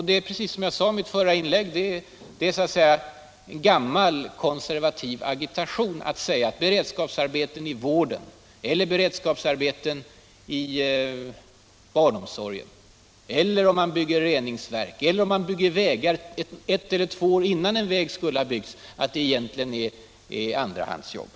Det är, precis som jag sade i mitt förra inlägg, gammal konservativ agitation att säga att beredskapsarbeten i vården eller beredskapsarbeten i barnomsorgen eller en väg som byggs ett eller två år tidigare än som från början var avsett egentligen är andrahandsjobb.